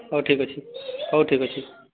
ହଉ ଠିକ୍ ଅଛି ହଉ ଠିକ୍ ଅଛି